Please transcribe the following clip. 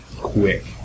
quick